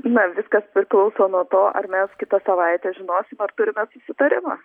na viskas priklauso nuo to ar mes kitą savaitę žinosim ar turime susitarimą